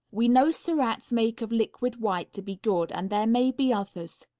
we know suratt's make of liquid white to be good, and there may be others.